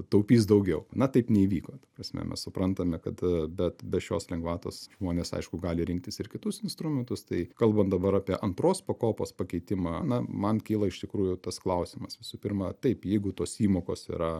taupys daugiau na taip neįvyko ta prasme mes suprantame kad bet be šios lengvatos žmonės aišku gali rinktis ir kitus instrumentus tai kalbant dabar apie antros pakopos pakeitimą na man kyla iš tikrųjų tas klausimas visų pirma taip jeigu tos įmokos yra